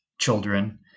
children